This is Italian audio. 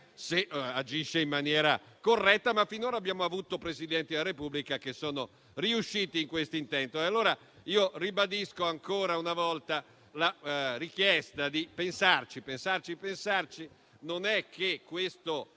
se agisce in maniera corretta, ma finora abbiamo avuto Presidenti della Repubblica che sono riusciti in questo intento. Ribadisco allora ancora una volta la richiesta di pensarci, pensarci e pensarci: non è che questo